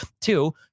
Two